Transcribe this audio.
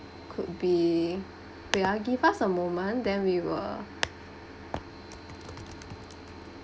could be wait ah give us a moment then we will